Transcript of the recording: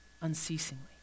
unceasingly